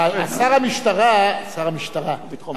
שר המשטרה, שר המשטרה, לביטחון פנים.